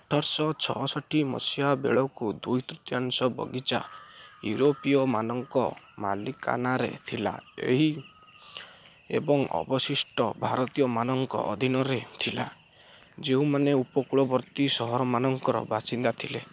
ଅଠରଶହ ଛଅଷଠି ମସିହା ବେଳକୁ ଦୁଇ ତୃତୀୟାଂଶ ବଗିଚା ୟୁରୋପୀୟମାନଙ୍କ ମାଲିକାନାରେ ଥିଲା ଏହି ଏବଂ ଅବଶିଷ୍ଟ ଭାରତୀୟମାନଙ୍କ ଅଧୀନରେ ଥିଲା ଯେଉଁମାନେ ଉପକୂଳବର୍ତ୍ତୀ ସହରମାନଙ୍କର ବାସିନ୍ଦା ଥିଲେ